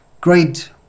great